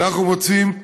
אנחנו רואים,